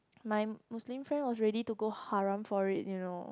my Muslim friend was ready to go haram for it you know